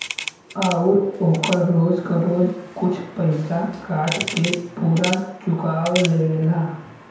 आउर ओकर रोज क रोज कुछ पइसा काट के पुरा चुकाओ लेवला